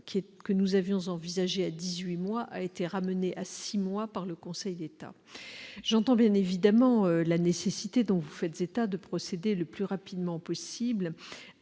que nous avions envisagé initialement, dix-huit mois, a déjà été ramené à six mois par le Conseil d'État. J'entends bien évidemment la nécessité dont vous faites état de procéder le plus rapidement possible